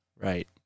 Right